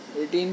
18